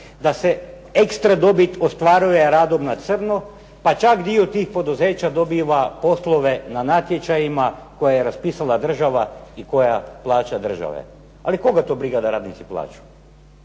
da se extra dobit ostvaruje radom na crno, pa čak dio tih poduzeća dobiva poslove na natječajima koje je raspisala država i da plaća država. Ali koga to briga da radnici plaču,